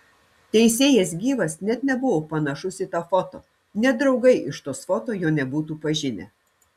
teisėjas gyvas net nebuvo panašus į tą foto net draugai iš tos foto jo nebūtų pažinę